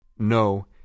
No